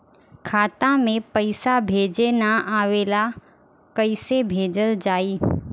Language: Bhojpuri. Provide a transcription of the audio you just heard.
खाता में पईसा भेजे ना आवेला कईसे भेजल जाई?